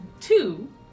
two